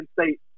State